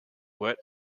wet